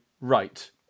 right